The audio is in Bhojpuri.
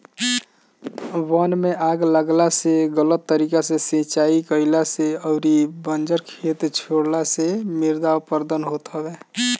वन में आग लागला से, गलत तरीका से सिंचाई कईला से अउरी बंजर खेत छोड़ला से मृदा अपरदन होत हवे